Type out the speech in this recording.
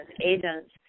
agents